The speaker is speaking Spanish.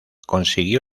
consiguió